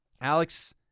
Alex